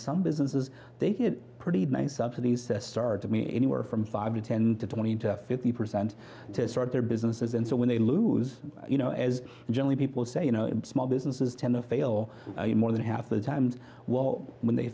some businesses they get pretty nice subsidies start to me anywhere from five to ten to twenty to fifty percent to start their businesses and so when they lose you know as generally people say you know small businesses tend to fail you more than half the times well when they